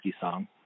song